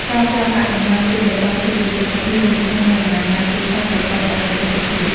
ការចោលកាកសំណល់ជាប្រចាំគឺជាទិដ្ឋភាពមូលដ្ឋាននៃអនាម័យទីផ្សារប្រកបដោយប្រសិទ្ធភាព។